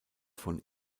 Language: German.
von